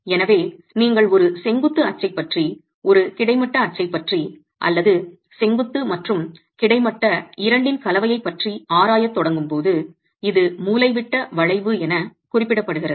எனவே நீங்கள் ஒரு செங்குத்து அச்சைப் பற்றி ஒரு கிடைமட்ட அச்சைப் பற்றி அல்லது செங்குத்து மற்றும் கிடைமட்ட இரண்டின் கலவையைப் பற்றி ஆராயத் தொடங்கும் போது இது மூலைவிட்ட வளைவு என குறிப்பிடப்படுகிறது